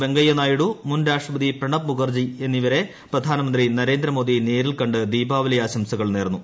വെങ്കയ്യനായിഡു മുൻ രാഷ്ട്രപതി പ്രണബ് മുഖർജി എന്നിവരെ പ്രധാനമന്ത്രി നരേന്ദ്രമോദി നേരിൽകണ്ട് ദീപാവലി ആശംസകൾ നേർന്നു